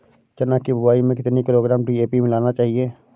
चना की बुवाई में कितनी किलोग्राम डी.ए.पी मिलाना चाहिए?